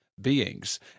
beings